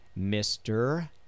Mr